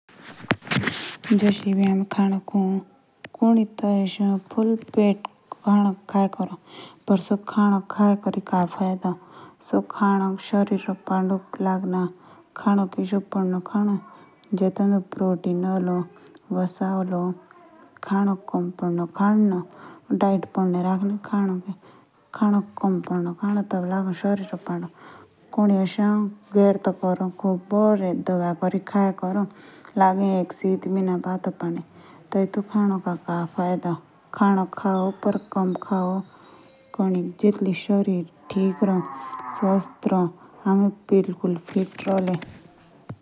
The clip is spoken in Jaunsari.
जश हमें खड़क खाओ। कुडी टी एशे ए जो फुल पेट भर के खाओ। या सजे खड़क खाई करी का फायदा जो शरीर पड़ो नू लगलो।